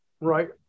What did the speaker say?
Right